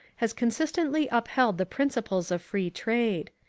has consistently upheld the principles of free trade.